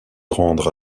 rendre